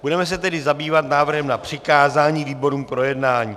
Budeme se tedy zabývat návrhem na přikázání výborům k projednání.